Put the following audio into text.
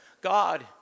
God